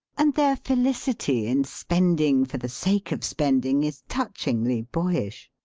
and their felicity in spending for the sake of spending is touch ingly boyish.